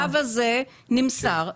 והמכתב הזה נמסר לוועדה.